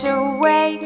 away